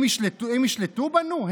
הם ישלטו בנו?